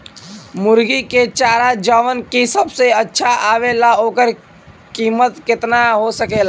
मुर्गी के चारा जवन की सबसे अच्छा आवेला ओकर कीमत केतना हो सकेला?